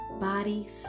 body